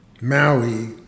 Maui